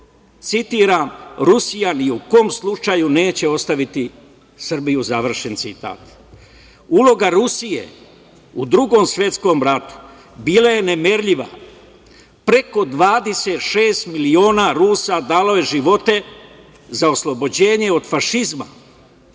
citiram: „Rusija ni u kom slučaju neće ostaviti Srbiju“, završen citat. Uloga Rusije u Drugom svetskom ratu bila je nemerljiva. Preko 26 miliona Rusa dalo je živote za oslobođenje od fašizma,